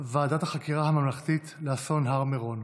ועדת החקירה הממלכתית לאסון הר מירון.